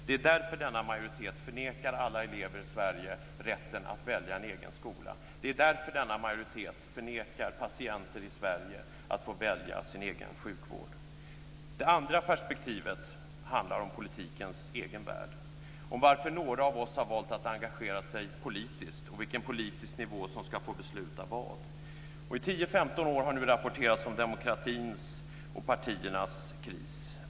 Det är därför denna majoritet förnekar alla elever i Sverige rätten att välja en egen skola. Det är därför denna majoritet förnekar patienter i Sverige att få välja sin egen sjukvård. Det andra perspektivet handlar om politikens egen värld, varför några av oss har valt att engagera oss politiskt och vilken politisk nivå som ska få besluta vad. I 10-15 år har nu rapporterats om demokratins och partiernas kris.